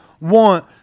want